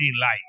life